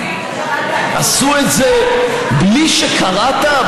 עשו את זה בלי שקראת?